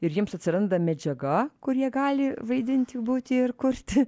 ir jiems atsiranda medžiaga kur jie gali vaidinti būti ir kurti